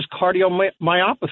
cardiomyopathy